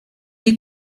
est